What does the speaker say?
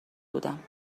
بودم